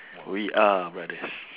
we are brothers